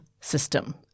system